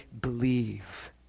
believe